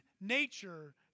nature